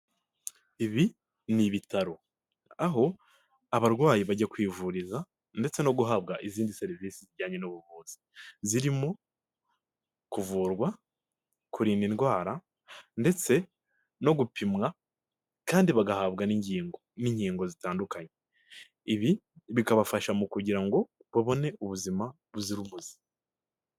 Ibi ni ibitaro aho abarwayi bajya kwivuriza ndetse no guhabwa izindi serivisi zijyanye n'ubuvuzi zirimo kuvurwa, kurinda indwara ndetse no gupimwa kandi bagahabwa n'ingingo n'inkingo zitandukanye, ibi bikabafasha mu kugira ngo babone ubuzima buzira umuze.